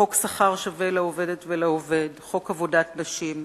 חוק שכר לעובדת ולעובד, חוק עבודת נשים,